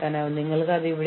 അതിനാൽ പറയൂ ശരി